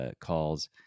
calls